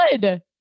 good